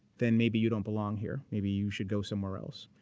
then maybe you don't belong here. maybe you should go somewhere else.